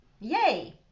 Yay